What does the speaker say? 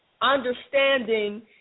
understanding